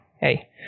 Hey